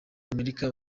amerika